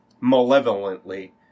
malevolently